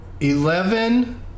Eleven